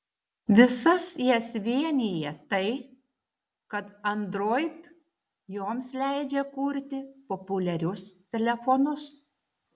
visas jas vienija tai kad android joms leidžia kurti populiarius telefonus